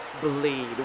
bleed